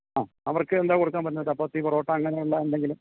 ആ അവർക്ക് എന്താ കൊടുക്കാൻ പറ്റണത് ചപ്പാത്തി പൊറോട്ട അങ്ങനുള്ള എന്തെങ്കിലും